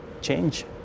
change